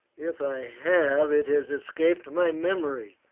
if i have it has escaped my memory,